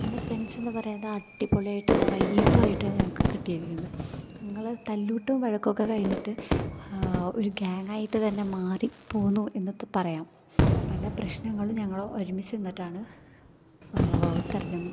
കാരണം ഫ്രണ്ട്സ് എന്ന് പറയുന്നത് അടിപൊളിയായിട്ടുള്ള വൈബായിട്ടാണ് ഞങ്ങൾക്ക് കിട്ടിയിരിക്കുന്നത് ഞങ്ങള് തല്ല് കൂട്ടും വഴക്കൊക്കെ കഴിഞ്ഞിട്ട് ഒരു ഗ്യാങ്ങായിട്ട് തന്നെ മാറി പോന്നു എന്നൊക്കെ പറയാം പല പ്രശ്നങ്ങളും ഞങ്ങൾ ഒരുമിച്ച് നിന്നിട്ടാണ് തർജം